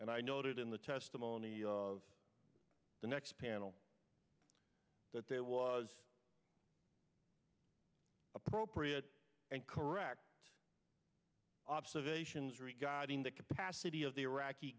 and i noted in the testimony of the next panel that there was appropriate and correct observations regarding the capacity of the iraqi